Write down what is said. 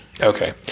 Okay